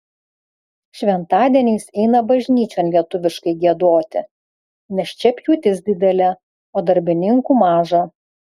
šventadieniais eina bažnyčion lietuviškai giedoti nes čia pjūtis didelė o darbininkų maža